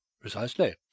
Precisely